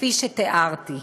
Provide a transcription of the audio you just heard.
כפי שתיארתי.